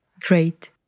Great